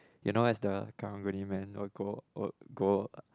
you know as the Karang-Guni man will go will go